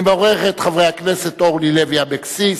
אני קובע שחוק המרכז לגביית קנסות,